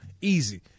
Easy